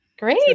Great